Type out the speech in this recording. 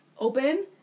open